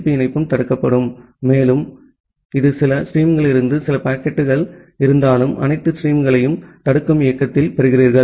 B இணைப்பும் தடுக்கப்படும் மேலும் இது சில ஸ்ட்ரீம்களிலிருந்து சில பாக்கெட்டுகள் இருந்தாலும் அனைத்து ஸ்ட்ரீம்களையும் தடுக்கும் இடையகத்தில் பெறுகிறார்கள்